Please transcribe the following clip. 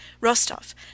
Rostov